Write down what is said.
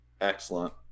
Excellent